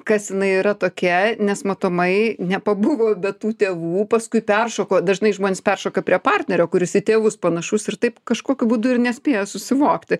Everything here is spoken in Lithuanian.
kas jinai yra tokia nes matomai nepabuvo be tų tėvų paskui peršoko dažnai žmonės peršoka prie partnerio kuris į tėvus panašus ir taip kažkokiu būdu ir nespėja susivokti